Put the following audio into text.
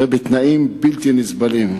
בתנאים בלתי נסבלים.